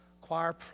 choir